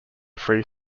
free